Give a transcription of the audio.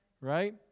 right